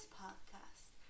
podcast